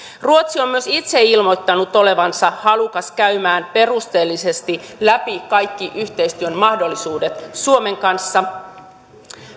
ruotsi on myös itse ilmoittanut olevansa halukas käymään perusteellisesti läpi kaikki yhteistyön mahdollisuudet suomen kanssa